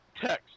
text